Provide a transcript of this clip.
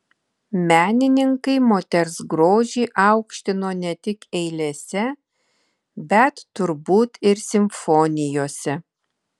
menininkai moters grožį aukštino ne tik eilėse bet turbūt ir simfonijose